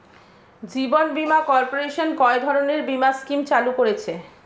জীবন Bima corporation কয় ধরনের বীমা স্কিম চালু করেছে?